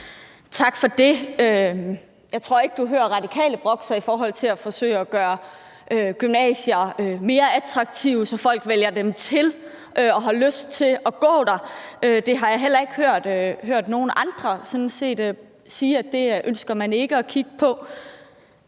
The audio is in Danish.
Tak for det. Jeg tror ikke, du hører Radikale brokke sig over, at man forsøger at gøre gymnasier mere attraktive, så folk vælger dem til og har lyst til at gå der. Det har jeg heller ikke hørt nogen andre sige de ikke ønsker at kigge på.